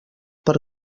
per